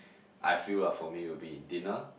I feel lah for me will be dinner